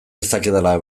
dezakedala